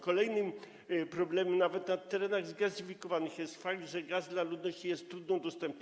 Kolejnym problemem, nawet na terenach zgazyfikowanych, jest fakt, że gaz dla ludności jest trudno dostępny.